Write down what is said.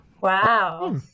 Wow